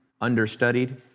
understudied